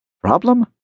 Problem